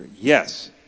Yes